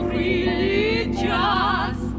religious